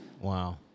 Wow